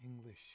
English